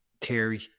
theory